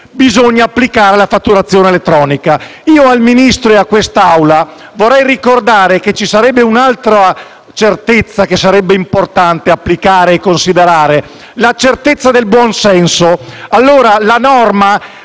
bisogna applicare la fatturazione elettronica. Al Ministro e a quest'Assemblea vorrei ricordare che ci sarebbe un'altra certezza che sarebbe importante considerare: la certezza del buon senso.